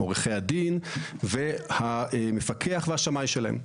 עורכי הדין, המפקח והשמאי שלהם.